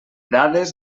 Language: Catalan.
dades